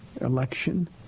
election